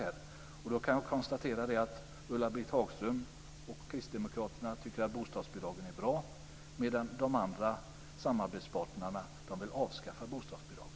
Jag kan konstatera att Ulla-Britt Hagström och Kristdemokraterna tycker att bostadsbidraget är bra medan de andra, samarbetspartierna, vill avskaffa bostadsbidraget.